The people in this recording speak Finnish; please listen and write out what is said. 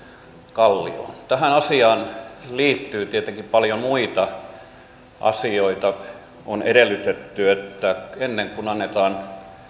kallioon tähän asiaan liittyy tietenkin paljon muita asioita on edellytetty että ennen kuin annetaan